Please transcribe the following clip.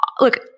look